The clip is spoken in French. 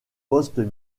postes